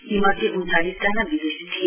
यी मध्ये उन्चालिसजना विदेशी थिए